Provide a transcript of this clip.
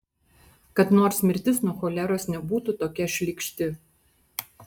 kad nors mirtis nuo choleros nebūtų tokia šlykšti